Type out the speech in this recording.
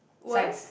worst